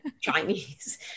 Chinese